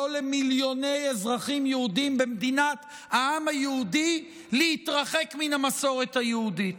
מיליונים של אזרחים יהודים במדינת העם היהודי להתרחק מן המסורת היהודית.